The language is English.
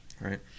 Right